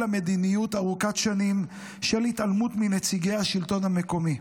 אלא מדיניות ארוכת שנים של התעלמות מנציגי השלטון המקומי.